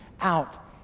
out